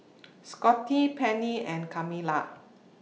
Scotty Pennie and Kamila